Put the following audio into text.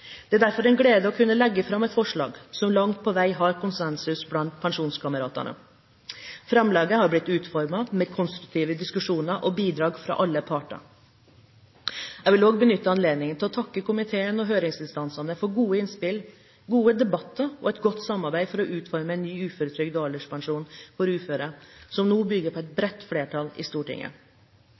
Det er derfor en glede å kunne legge fram et forslag som langt på vei har konsensus blant pensjonskameratene. Framlegget har blitt utformet ved konstruktive diskusjoner og bidrag fra alle parter. Jeg vil også benytte anledningen til å takke komiteen og høringsinstansene for gode innspill, gode debatter og et godt samarbeid for å utforme en ny uføretrygd og alderspensjon for uføre, som nå bygger på et bredt flertall i Stortinget.